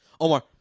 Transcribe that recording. Omar